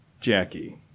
Jackie